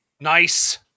Nice